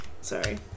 Sorry